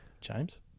James